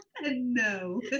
No